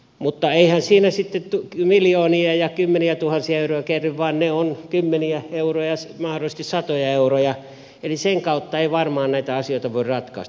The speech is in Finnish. mutta eihän siinä sitten miljoonia ja kymmeniätuhansia euroja kerry vaan ne ovat kymmeniä euroja mahdollisesti satoja euroja eli sen kautta ei varmaan näitä asioita voi ratkaista